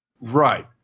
Right